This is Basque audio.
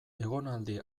egonaldi